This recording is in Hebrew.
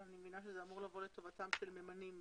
אני מבינה שזה אמור לבוא לטובתם של ממנים.